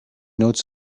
tones